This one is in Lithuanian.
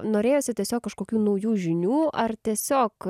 norėjosi tiesiog kažkokių naujų žinių ar tiesiog